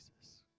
Jesus